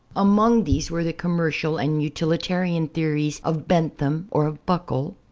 among these were the commercial and utilitarian theories of bentham or of buckle,